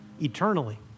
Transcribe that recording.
eternally